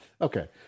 okay